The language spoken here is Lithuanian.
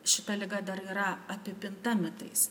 šita liga dar yra apipinta mitais